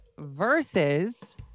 versus